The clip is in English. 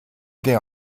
they